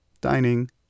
dining